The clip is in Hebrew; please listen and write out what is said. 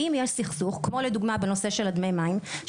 ואם יש סכסוך כמו לדוגמה בנושא של דמי המים,